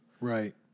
Right